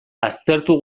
aztertu